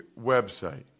website